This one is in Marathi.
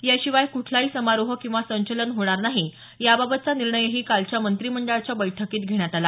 या शिवाय कुठलाही समारोह किंवा संचलन न होणार नाही याबाबतचा निर्णयही कालच्या मंत्रिमंडळाच्या बैठकीत घेण्यात आला